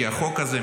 כי החוק הזה,